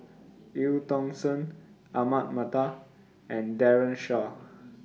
EU Tong Sen Ahmad Mattar and Daren Shiau